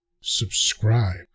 subscribe